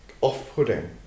Off-putting